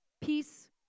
Peace